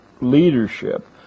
leadership